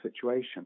situation